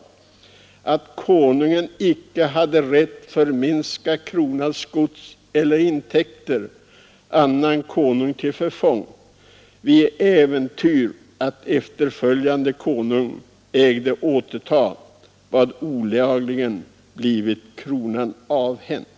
Det heter där att Konungen icke hade rätt förminska kronans gods eller intäkter annan konung till förfång vid äventyr att efterföljande konung ägde återta vad olagligen blivit kronan avhänt.